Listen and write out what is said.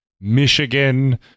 Michigan